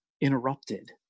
interrupted